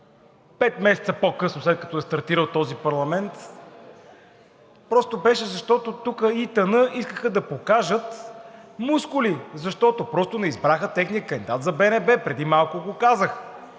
пет месеца по-късно, след като е стартирал този парламент, просто беше, защото тук ИТН искаха да покажат мускули, защото просто не избраха техния кандидат за БНБ. Преди малко го казах.